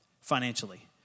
financially